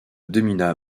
domina